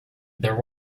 there